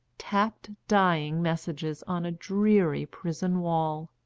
tapped dying messages on a dreary prison wall.